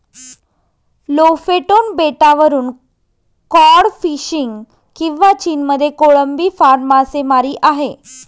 Lofoten बेटावरून cod fishing किंवा चीनमध्ये कोळंबी फार्म मासेमारी आहे